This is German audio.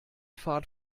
fahrt